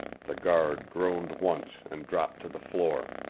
the guard groaned once and dropped to the floor.